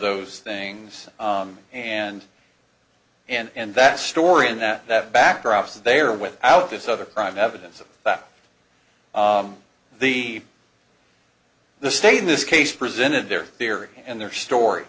those things and and that story and that that backdrops they are without this other crime evidence of that the the state in this case presented their theory and their story